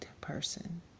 person